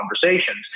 conversations